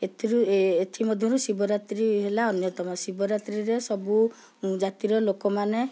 ଏଥିରୁ ଏଥି ମଧ୍ୟରୁ ଶିବରାତ୍ରୀ ହେଲା ଅନ୍ୟତମ ଶିବରାତ୍ରୀରେ ସବୁ ଜାତିର ଲୋକମାନେ